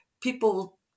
people